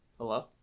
Hello